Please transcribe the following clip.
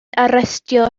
arestio